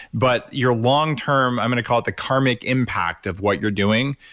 but your long-term i'm going to call it the karmic impact of what you're doing,